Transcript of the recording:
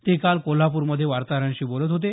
ते काल कोल्हापूरमध्ये वार्ताहरांशी बोलत होते